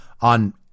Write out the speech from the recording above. on